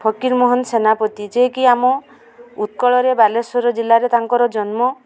ଫକୀର ମୋହନ ସେନାପତି ଯେ କି ଆମ ଉତ୍କଳରେ ବାଲେଶ୍ୱର ଜିଲ୍ଲାରେ ତାଙ୍କର ଜନ୍ମ